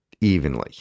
evenly